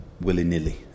willy-nilly